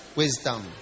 wisdom